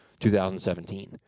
2017